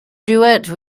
duet